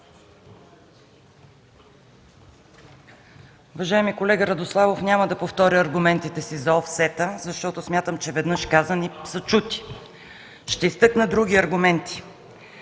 Уважаеми колега Радославов, няма да повторя аргументите си за офсета, защото смятам, че веднъж казани, са чути. Ще изтъкна други аргументи.